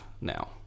now